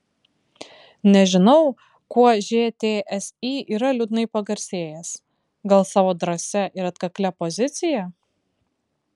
nežinau kuo žtsi yra liūdnai pagarsėjęs gal savo drąsia ir atkaklia pozicija